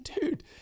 dude